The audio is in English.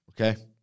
okay